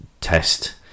test